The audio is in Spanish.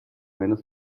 menos